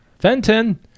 Fenton